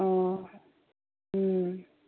ꯑꯣ ꯎꯝ